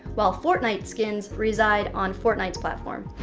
while fortnite skins reside on fortnite's platform,